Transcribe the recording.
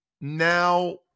now